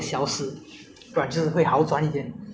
好像没有没有停止那个 spread of